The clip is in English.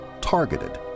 targeted